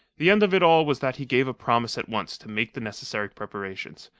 the end of it all was that he gave a promise at once to make the necessary preparations,